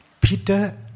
Peter